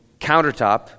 countertop